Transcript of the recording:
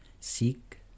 seek